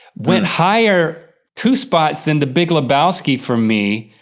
went higher, two spots, than the big lebowski for me.